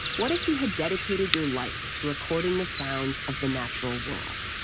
what if you had dedicated your life to recording the sounds of the natural world.